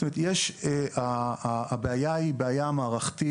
זאת אומרת, הבעיה היא בעיה מערכתית.